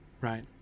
right